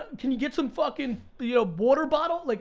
can you get some fucking, you know, water bottle, like